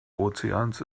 ozeans